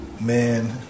man